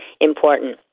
Important